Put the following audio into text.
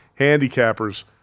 handicappers